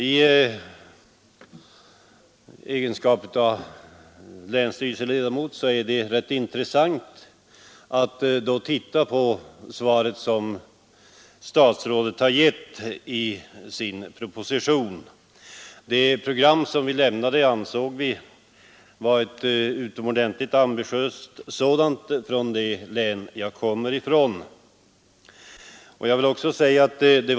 I egenskap av länsstyrelseledamot är det ganska intressant att studera statsrådets svar i propositionen. Det regionalpolitiska programmet från mitt hemlän ansåg vi vara utomordentligt ambitiöst. Det låg ett mycket stort allvar bakom dess avlämnande.